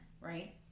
right